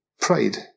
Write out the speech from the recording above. pride